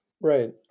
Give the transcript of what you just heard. Right